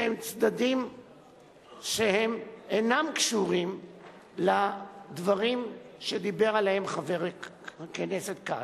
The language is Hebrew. שהם צדדים שאינם קשורים לדברים שדיבר עליהם חבר הכנסת כץ,